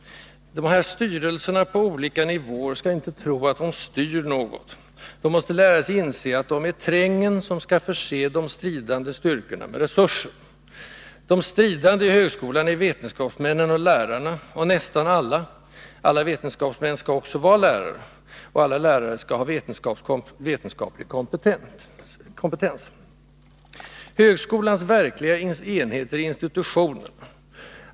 De här styrelserna på olika nivåer skall inte tro att de styr någonting: de måste läras att inse att de är trängen, som skall förse de stridande styrkorna med resurser. De stridande i högskolan är vetenskapsmännen och lärarna, och — nästan — alla vetenskapsmän skall också vara lärare, och alla lärare skall ha vetenskaplig kompetens. ”Högskolans” verkliga enheter är institutionerna.